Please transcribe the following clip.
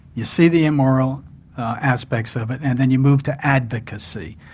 you see the immoral aspects of it and then you move to advocacy,